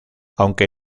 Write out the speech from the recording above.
aunque